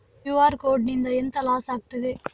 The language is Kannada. ಕ್ಯೂ.ಆರ್ ಕೋಡ್ ನಿಂದ ಎಂತ ಲಾಸ್ ಆಗ್ತದೆ?